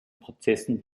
prozessen